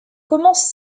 commence